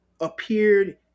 appeared